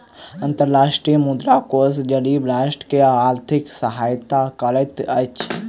अंतर्राष्ट्रीय मुद्रा कोष गरीब राष्ट्र के आर्थिक सहायता करैत अछि